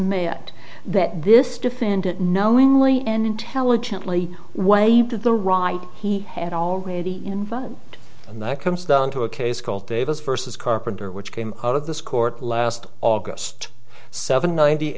that that this defendant knowingly and intelligently waived to the right he had already in front and that comes down to a case called davis versus carpenter which came out of this court last august seven ninety